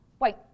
Wait